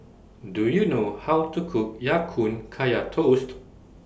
Do YOU know How to Cook Ya Kun Kaya Toast